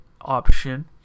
option